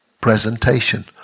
presentation